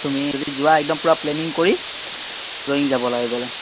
তুমি যদি যোৱা একদম পূৰা প্লেনিং কৰি ৰয়িং যাবা গ'লে